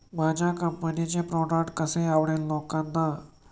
माझ्या कंपनीचे प्रॉडक्ट कसे आवडेल लोकांना?